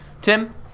tim